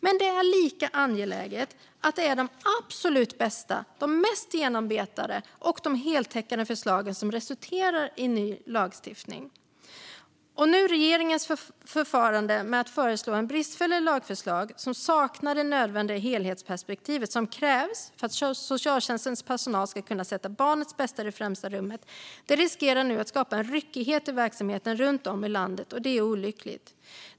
Men det är lika angeläget att det är de absolut bästa, mest genomarbetade och heltäckande förslagen som resulterar i ny lagstiftning. Regeringens förfarande med att föreslå bristfälliga lagförslag, som saknar det nödvändiga helhetsperspektiv som krävs för att socialtjänstens personal ska kunna sätta barnets bästa i främsta rummet, riskerar nu att skapa en ryckighet i verksamheten runt om i landet. Det är olyckligt.